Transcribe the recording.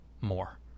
more